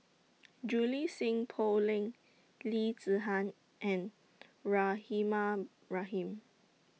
Julie Sng Poh Leng Lee Zihan and Rahimah Rahim